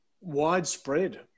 widespread